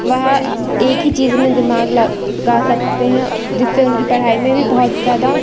वह एक ही चीज़ में दिमाग लगा सकते हैं जिससे उनकी पढ़ाई में भी बहुत ज़्यादा